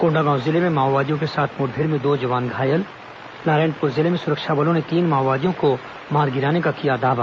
कोंडागांव जिले में माओवादियों के साथ मुठभेड़ में दो जवान घायल नारायणपुर जिले में सुरक्षा बलों ने तीन माओवादियों को मार गिराने का किया दावा